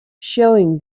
showing